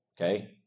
Okay